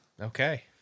Okay